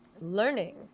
learning